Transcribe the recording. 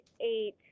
eight